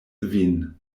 vin